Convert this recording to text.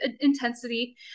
intensity